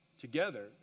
together